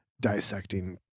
dissecting